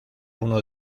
uno